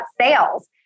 sales